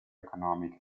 economic